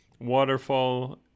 waterfall